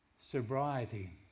sobriety